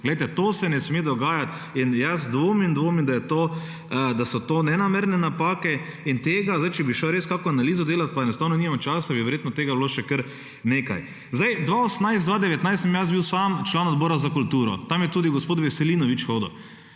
Poglejte, to se ne sme dogajati in jaz dvomim, dvomim, da je to, da so to nenamerne napake in tega, zdaj če bi šel res kakšno analizo delati, pa enostavno nimam časa, bi verjetno tega bilo še kar nekaj. Zdaj, 2018, 2019 sem jaz bil sam član Odbora za kulturo. Tam je tudi gospod Veselinovič hodil.